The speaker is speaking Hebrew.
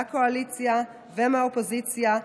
מהקואליציה ומהאופוזיציה,